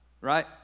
right